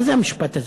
מה זה המשפט הזה?